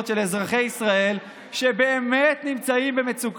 אני אוהב להקשיב.